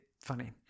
funny